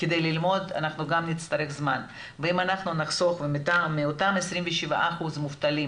כדי ללמוד אנחנו גם נצטרך זמן ואם אנחנו נחסוך מאותם 27% מובטלים,